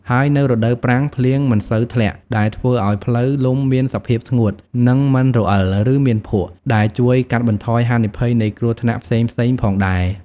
ហើយនៅរដូវប្រាំង ភ្លៀងមិនសូវធ្លាក់ ដែលធ្វើឲ្យផ្លូវលំមានសភាពស្ងួត និងមិនរអិល ឬមានភក់ ដែលជួយកាត់បន្ថយហានិភ័យនៃគ្រោះថ្នាក់ផ្សេងៗផងដែរ។